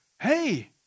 hey